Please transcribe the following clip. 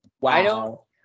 Wow